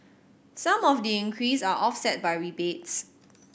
some of the increase are offset by rebates